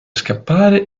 scappare